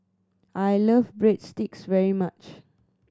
I like Breadsticks very much